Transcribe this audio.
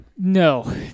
No